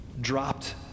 dropped